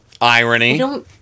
Irony